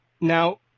Now